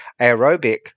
aerobic